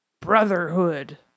brotherhood